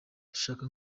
dushaka